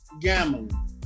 gambling